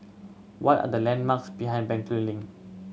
what are the landmarks behind Bencoolen Link